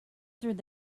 through